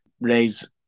raise